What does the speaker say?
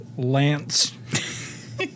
Lance